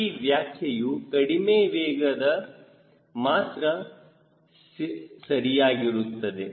ಈ ವ್ಯಾಖ್ಯೆಯು ಕಡಿಮೆ ವೇಗಕ್ಕೆ ಮಾತ್ರ ಸರಿಯಾಗಿರುತ್ತದೆ